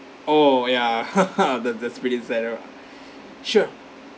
oh ya that that's pretty sad oh sure